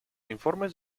informes